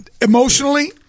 emotionally